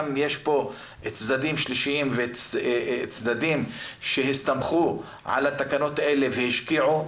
גם יש פה צדדים שלישיים וצדדים שהסתמכו על התקנות האלה והשקיעו,